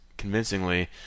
Convincingly